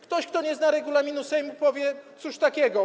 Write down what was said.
Ktoś, kto nie zna regulaminu Sejmu, powie: Cóż takiego?